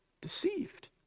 deceived